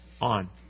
on